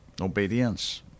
obedience